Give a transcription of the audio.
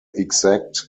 exact